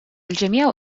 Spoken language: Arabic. الجميع